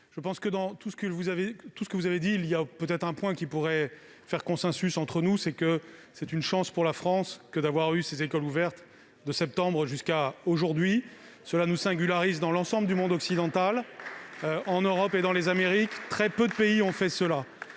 la sénatrice, dans tout ce que vous avez dit, un point pourrait faire consensus entre nous : c'est une chance pour la France que d'avoir eu ses écoles ouvertes de septembre jusqu'à aujourd'hui. Cela nous singularise dans l'ensemble du monde occidental. En Europe et dans les Amériques, très peu de pays l'ont fait.